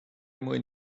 mwyn